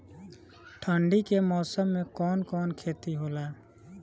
ठंडी के मौसम में कवन कवन खेती होला?